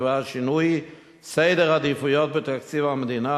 בדבר שינוי סדר עדיפויות בתקציב המדינה